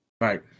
Right